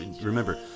Remember